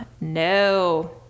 no